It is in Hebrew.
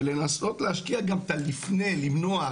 של לנסות להשקיע גם את הלפני, למנוע.